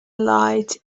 light